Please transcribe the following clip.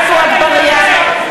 (קוראת בשמות חברי הכנסת) עפו אגבאריה,